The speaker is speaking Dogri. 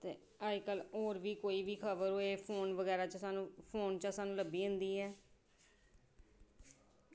ते अज्जकल कोई होर बी खबर होऐ फोन च फोन च स्हानू लब्भी जंदी ऐ